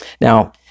Now